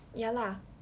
ya lah